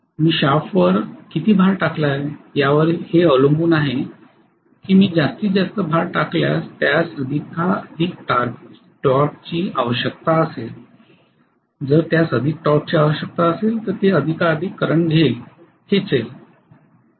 मी शाफ्टवर किती भार टाकला आहे यावर हे अवलंबून आहे मी जास्तीत जास्त भार टाकल्यास त्यास अधिकाधिक टॉर्कची आवश्यकता असेल जर त्यास अधिक टॉर्कची आवश्यकता असेल तर ते अधिकाधिक करंट खेचेल